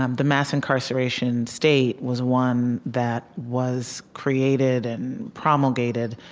um the mass incarceration state was one that was created and promulgated,